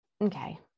okay